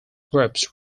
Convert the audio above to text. groups